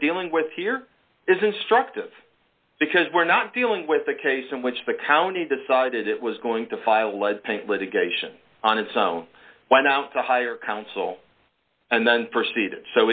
dealing with here is instructive because we're not dealing with a case in which the county decided it was going to file lead paint litigation on its own went out to hire counsel and then